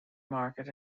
market